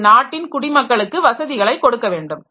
அது நாட்டின் குடிமக்களுக்கு வசதிகளை கொடுக்கவேண்டும்